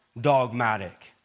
dogmatic